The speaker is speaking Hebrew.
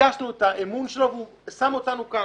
ביקשנו את האמון שלו, והוא שם אותנו כאן.